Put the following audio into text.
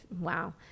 Wow